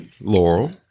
Laurel